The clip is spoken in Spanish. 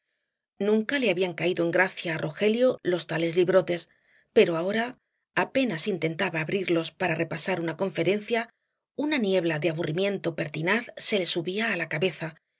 nunca le habían caído en gracia á rogelio los tales librotes pero ahora apenas intentaba abrirlos para repasar una conferencia una niebla de aburrimiento pertinaz se le subía á la cabeza